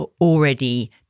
already